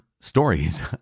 stories